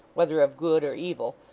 whether of good or evil,